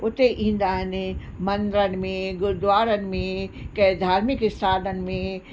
उते ईंदा आहिनि मंदरनि में गुरुद्वारनि में कंहिं धार्मिक स्थाननि में